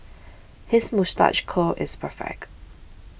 his moustache curl is perfect